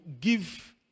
give